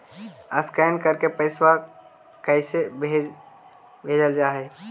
Scan करके पैसा कैसे भेजल जा हइ?